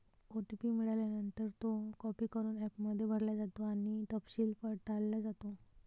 OTP मिळाल्यानंतर, तो copy करून ॲपमध्ये भरला जातो आणि तपशील पडताळला जातो